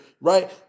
right